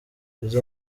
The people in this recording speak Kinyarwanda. izi